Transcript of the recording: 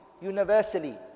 Universally